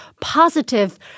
positive